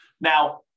Now